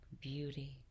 Beauty